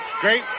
Great